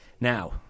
Now